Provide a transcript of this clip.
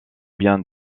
bien